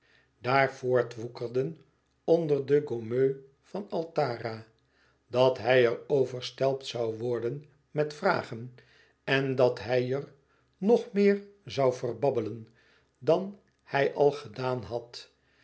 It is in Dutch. daar voortwoekerden onder de gommeux van altara dat hij er overstelpt zoû worden met vragen en dat hij er nog meer zoû verbabbelen dan hij al gedaan had